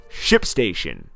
ShipStation